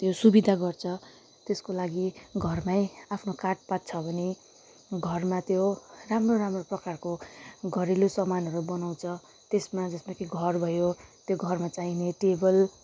त्यो सुविधा गर्छ त्यसको लागि घरमै आफ्नो काठपात छ भने घरमा त्यो राम्रो राम्रो प्रकारको घरेलु सामानहरू बनाउँछ त्यसमा जसमा कि घर भयो त्यो घरमा चाहिने टेबल